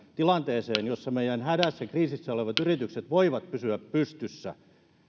tilanteeseen jossa meidän hädässä kriisissä olevat yritykset voivat pysyä pystyssä